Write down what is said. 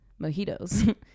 mojitos